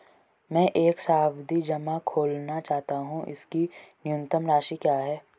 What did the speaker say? मैं एक सावधि जमा खोलना चाहता हूं इसकी न्यूनतम राशि क्या है?